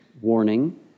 warning